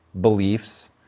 beliefs